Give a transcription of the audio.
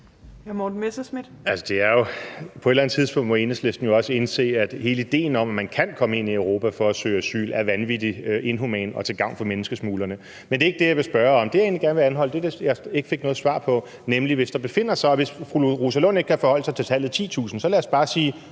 (DF): Altså, på et eller andet tidspunkt må Enhedslisten jo også indse, at hele ideen om, at man kan komme ind i Europa for at søge asyl, er vanvittigt inhuman og til gavn for menneskesmuglerne. Men det er ikke det, jeg vil spørge om. Det, jeg egentlig gerne vil anholde, er det, jeg ikke fik noget svar på, nemlig at hvis der befinder sig – og hvis fru Rosa Lund ikke kan forholde sig til tallet 10.000, så lad os bare sige